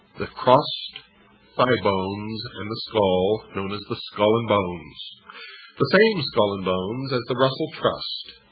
the crossed thighbones and the skull known as the skull and bones the same skull and bones as the russell trust,